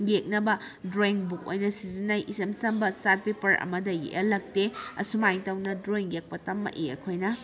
ꯌꯦꯛꯅꯕ drawing book ꯑꯣꯏꯅ ꯁꯤꯖꯤꯟꯅꯩ ꯏꯆꯝ ꯆꯝꯕ ꯆꯥꯔꯠ ꯄꯦꯄꯔ ꯑꯃꯗ ꯌꯦꯛꯍꯜꯂꯛꯇꯦ ꯑꯁꯨꯃꯥꯏ ꯇꯧꯅ ꯗꯔꯣꯌꯤꯡ ꯌꯦꯛꯄ ꯇꯝꯃꯛꯏ ꯑꯩꯈꯣꯏꯅ